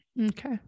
okay